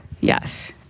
Yes